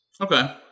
Okay